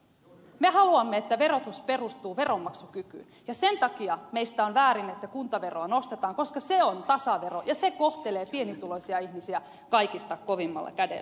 me haluamme että verotus perustuu veronmaksukykyyn ja sen takia meistä on väärin että kuntaveroa nostetaan koska se on tasavero ja se kohtelee pienituloisia ihmisiä kaikista kovimmalla kädellä